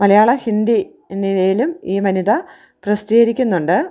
മലയാളം ഹിന്ദി എന്നിവയിലും ഈ വനിത പ്രസിദ്ധീകരിക്കുന്നുണ്ട്